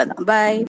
Bye